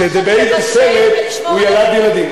שבאיזה סרט הוא ילד ילדים.